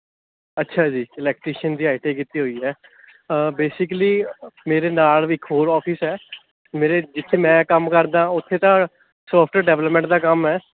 ਅੱਛਾ ਜੀ ਇਲੈਕਟ੍ਰੀਸ਼ਨ ਦੀ ਆਈ ਟੀ ਆਈ ਕੀਤੀ ਹੋਈ ਹੈ ਬੇਸੀਕੀਲੀ ਮੇਰੇ ਨਾਲ ਵੀ ਇੱਕ ਹੋਰ ਔਫਿਸ ਹੈ ਮੇਰੇ ਜਿੱਥੇ ਮੈਂ ਕੰਮ ਕਰਦਾ ਉੱਥੇ ਤਾਂ ਸੋਫਟਵੇਅਰ ਡਿਵਲੈਪਮੈਂਟ ਦਾ ਕੰਮ ਹੈ